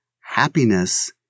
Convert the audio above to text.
happiness